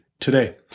today